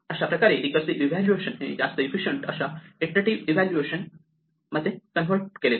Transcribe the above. अशाप्रकारे recursive evaluation हे जास्त इफिसिएंट अशा इटरेटिव्ह इव्हॅल्युएशन मध्ये कन्व्हर्ट केले जाते